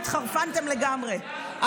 אתם התחרפנתם לגמרי,